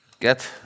get